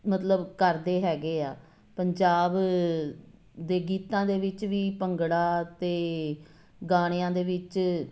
ਮਤਲਬ ਕਰਦੇ ਹੈਗੇ ਆ ਪੰਜਾਬ ਦੇ ਗੀਤਾਂ ਦੇ ਵਿੱਚ ਵੀ ਭੰਗੜਾ ਅਤੇ ਗਾਣਿਆਂ ਦੇ ਵਿੱਚ